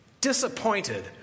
disappointed